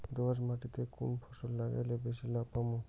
দোয়াস মাটিতে কুন ফসল লাগাইলে বেশি লাভ পামু?